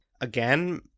again